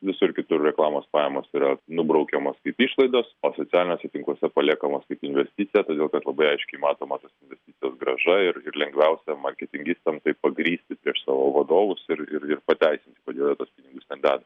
visur kitur reklamos pajamos yra nubraukiamos kaip išlaidos o socialiniuose tinkluose paliekamos kaip investicija todėl kad labai aiškiai matoma tos investicijos grąža ir ir lengviausia marketingistam tai pagrįsti prieš savo vadovus ir ir ir pateisinti kodėl jie tuos pinigus ten deda